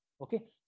okay